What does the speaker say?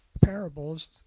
parables